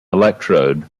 electrode